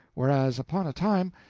whereas, upon a time,